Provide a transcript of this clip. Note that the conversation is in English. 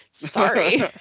Sorry